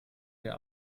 der